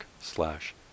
slash